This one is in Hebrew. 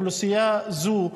אוכלוסייה זו,